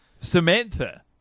Samantha